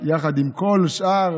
יחד עם כל שאר